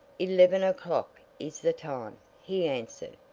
eleven o'clock is the time, he answered.